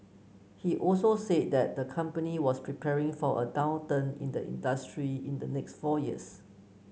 he also said that the company was preparing for a downturn in the industry in the next four years